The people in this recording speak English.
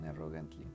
arrogantly